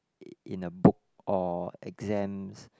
i~ in a book or exams